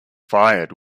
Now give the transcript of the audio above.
fired